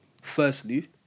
firstly